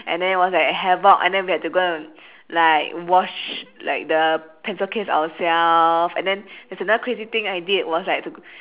and then it was like havoc and then we had to go and like wash like the pencil case ourselves and then there's another crazy thing I did was like to